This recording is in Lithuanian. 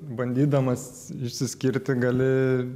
bandydamas išsiskirti gali